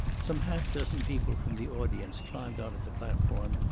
some half-dozen people from the audience climbed on to the platform,